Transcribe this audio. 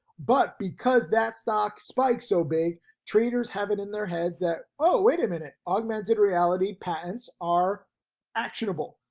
but because that stock spikes so big traders have it in their heads that oh, wait a minute, augmented reality patterns are actionable.